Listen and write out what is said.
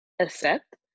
accept